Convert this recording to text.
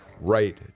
right